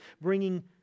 bringing